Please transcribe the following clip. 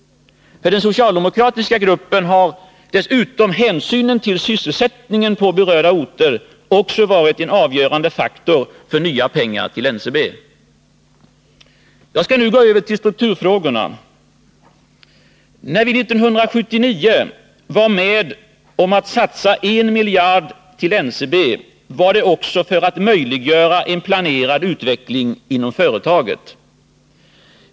För den socialdemokratiska gruppen har dessutom hänsynen till sysselsättningen på berörda orter varit en avgörande faktor för dess inställning till nya pengar till NCB. Jag skall nu gå över till strukturfrågorna. När vi 1979 var med om att satsa I miljard kronor på NCB var det också för att möjliggöra en planerad utveckling inom företaget.